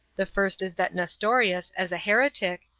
the first is that nestorius, as a heretic,